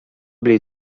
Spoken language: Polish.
byli